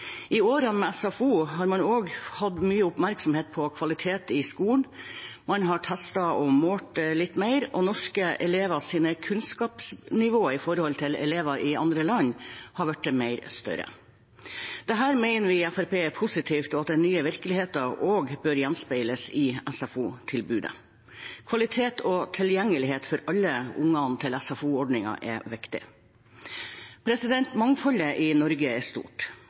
I årene med SFO har man også hatt mye oppmerksomhet på kvaliteten i skolen. Man har testet og målt litt mer, og norske elevers kunnskapsnivå i forhold til elever i andre land har blitt mye større. Dette mener vi i Fremskrittspartiet er positivt, og at den nye virkeligheten også bør gjenspeiles i SFO-tilbudet. Kvalitet og tilgjengelighet til SFO-ordningen er viktig for alle unger. Mangfoldet i Norge er stort,